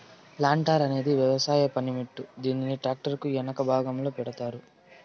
planter అనేది వ్యవసాయ పనిముట్టు, దీనిని ట్రాక్టర్ కు ఎనక భాగంలో పెడతారు